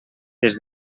des